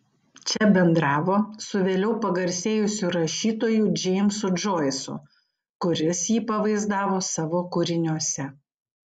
čia bendravo su vėliau pagarsėjusiu rašytoju džeimsu džoisu kuris jį pavaizdavo savo kūriniuose